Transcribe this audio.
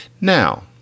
Now